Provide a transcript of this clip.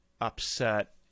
upset